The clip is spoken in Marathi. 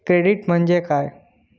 क्रेडिट म्हणजे काय?